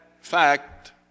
fact